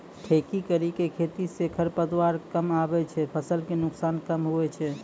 ठेकी करी के खेती से खरपतवार कमआबे छै फसल के नुकसान कम हुवै छै